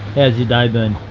how's your day been?